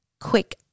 quick